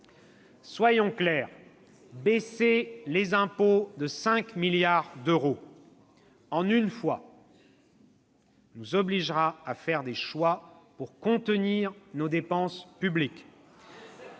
Soyons clairs : baisser les impôts de 5 milliards d'euros, en une fois, nous obligera à faire des choix pour contenir nos dépenses publiques.